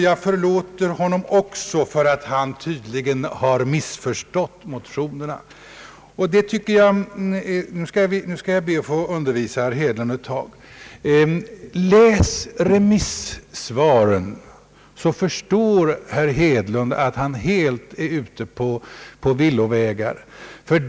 Jag förlåter honom också att han tydligen har missförstått motionerna. Och nu skall jag be att få undervisa herr Hedlund ett slag: Läs remissvaren, så förstår herr Hedlund att han helt är ute på villovägar.